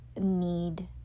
need